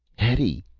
hetty,